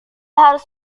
harus